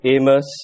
Amos